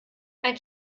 ein